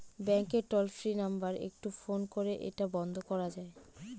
ব্যাংকের toll free number একটু phone করে এটা বন্ধ করা যায়?